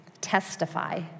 testify